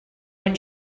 when